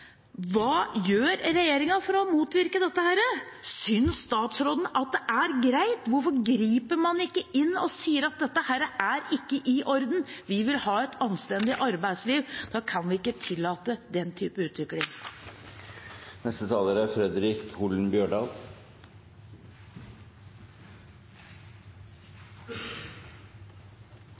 Hva gjør regjeringen for å motvirke dette? Synes statsråden at det er greit? Hvorfor griper man ikke inn og sier at dette ikke er i orden? Vi vil ha et anstendig arbeidsliv, og da kan vi ikke tillate den type utvikling. Kva er eigentleg sosial dumping? Jo, det er